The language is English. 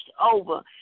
over